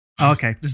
Okay